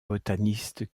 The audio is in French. botanistes